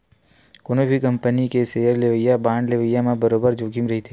कोनो भी कंपनी के सेयर लेवई, बांड लेवई म बरोबर जोखिम रहिथे